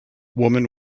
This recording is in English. woman